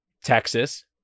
Texas